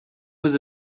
was